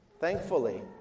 Thankfully